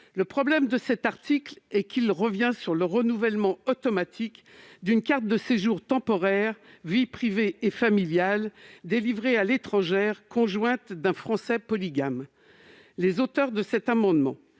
à revenir, et c'est là le problème, sur le renouvellement automatique de la carte de séjour temporaire « vie privée et familiale » délivrée à l'étrangère conjointe d'un Français polygame. Les auteurs de cet amendement